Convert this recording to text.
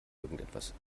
irgendetwas